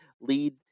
lead